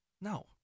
No